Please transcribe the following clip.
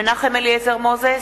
מנחם אליעזר מוזס,